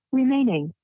remaining